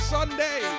Sunday